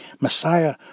Messiah